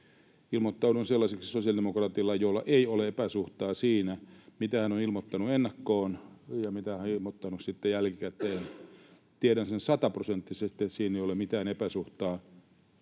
Ilmoittaudun sellaiseksi sosiaalidemokraatiksi, jolla ei ole epäsuhtaa siinä, mitä hän on ilmoittanut ennakkoon ja mitä hän on ilmoittanut sitten jälkikäteen. Tiedän sen 100-prosenttisesti, että siinä ei ole mitään epäsuhtaa,